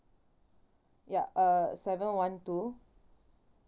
ya uh seven one two